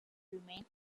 remain